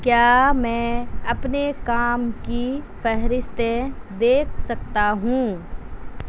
کیا میں اپنے کام کی فہرستیں دیکھ سکتا ہوں